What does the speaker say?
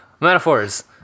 Metaphors